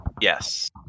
Yes